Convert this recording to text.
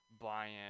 buy-in